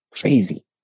crazy